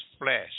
flesh